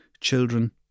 children